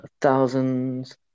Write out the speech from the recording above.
thousands